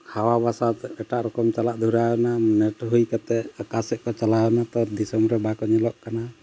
ᱦᱟᱣᱟ ᱵᱟᱛᱟᱥ ᱮᱴᱟᱜ ᱨᱚᱠᱚᱢ ᱪᱟᱞᱟᱜ ᱫᱷᱩᱨᱟᱹᱣ ᱮᱱᱟ ᱱᱮᱴ ᱦᱩᱭ ᱠᱟᱛᱮᱫ ᱟᱠᱟ ᱥᱮᱫ ᱠᱚ ᱪᱟᱞᱟᱣᱮᱱᱟ ᱛᱚ ᱫᱤᱥᱚᱢ ᱨᱮ ᱵᱟᱠᱚ ᱧᱮᱞᱚᱜ ᱠᱟᱱᱟ